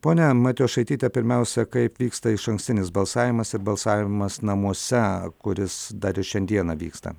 ponia matjošaityte pirmiausia kaip vyksta išankstinis balsavimas ir balsavimas namuose kuris dar ir šiandieną vyksta